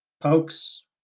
pokes